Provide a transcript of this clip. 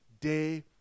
day